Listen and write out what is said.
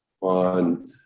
on